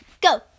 Go